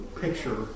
picture